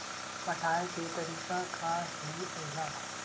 पटाय के तरीका का हे एला?